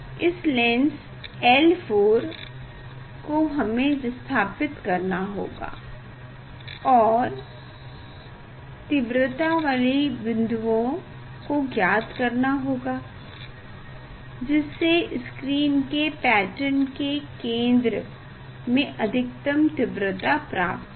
इस lens L4 को हमें विस्थापित करना होगा और तीव्रता वाली बिंदुओं को ज्ञात करना होगा जिससे स्क्रीन के पैटर्न के केंद्र में अधिकतम तीव्रता प्राप्त हो